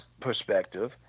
perspective